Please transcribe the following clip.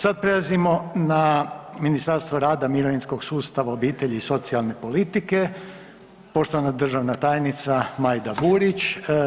Sad prelazimo na Ministarstvo rada, mirovinskog sustava, obitelji i socijalne politike, poštovana državna tajnica Majda Burić.